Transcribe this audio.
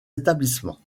établissements